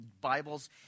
Bibles